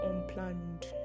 unplanned